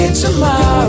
tomorrow